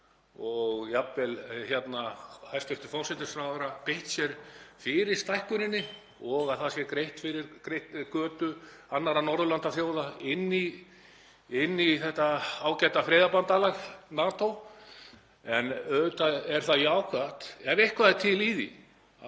og jafnvel hefur hæstv. forsætisráðherra beitt sér fyrir stækkuninni og því að greiða götu annarra Norðurlandaþjóða inn í þetta ágæta friðarbandalag NATO. Auðvitað er það jákvætt, ef eitthvað er til í því,